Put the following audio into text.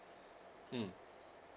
mm